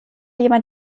jemand